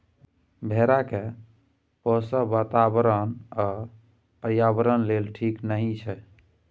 भेड़ा केँ पोसब बाताबरण आ पर्यावरण लेल ठीक नहि छै